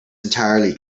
entirely